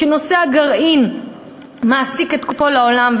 כשנושא הגרעין מעסיק את כל העולם,